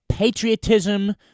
Patriotism